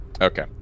okay